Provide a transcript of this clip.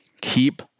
keep